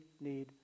need